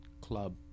club